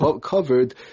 covered